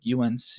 UNC